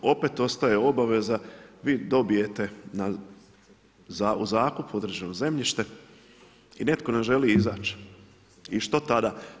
Opet ostaje obveza, vi dobijete u zakup određeno zemljište i netko nam želi izać i što tada?